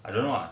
I don't know ah